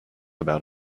about